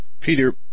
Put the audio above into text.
Peter